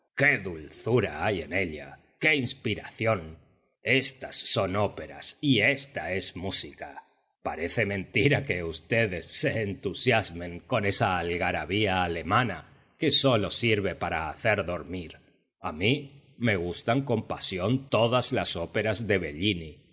dulzura hay en ella qué inspiración estas son óperas y esta es música parece mentira que ustedes se entusiasmen con esa algarabía alemana que sólo sirve para hacer dormir a mí me gustan con pasión todas las óperas de bellini